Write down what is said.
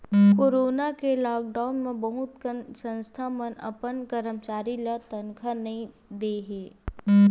corona के lockdown म बहुत कन संस्था मन अपन करमचारी ल तनखा नइ दे हे